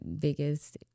biggest